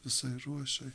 visai ruožai